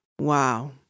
Wow